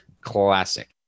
Classic